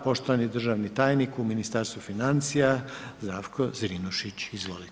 Poštovani državni tajnik u Ministarstvu financija Zdravko Zrinušić.